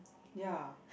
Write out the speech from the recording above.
ya